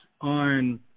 on